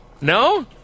No